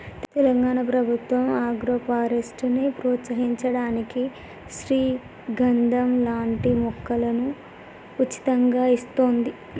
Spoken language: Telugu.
తెలంగాణ ప్రభుత్వం ఆగ్రోఫారెస్ట్ ని ప్రోత్సహించడానికి శ్రీగంధం లాంటి మొక్కలను ఉచితంగా ఇస్తోంది